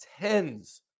tens